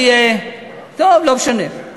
טוב, לא משנה.